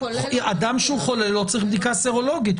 אדם שהוא חולה לא צריך בדיקה סרולוגית,